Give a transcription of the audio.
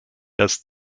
das